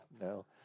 no